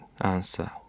answer